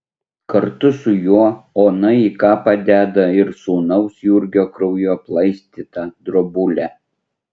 kartu su juo ona į kapą deda ir sūnaus jurgio krauju aplaistytą drobulę